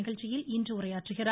நிகழ்ச்சியில் இன்று உரையாற்றுகிறார்